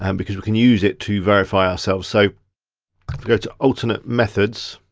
um because we can use it to verify ourselves. so if we go to alternate methods.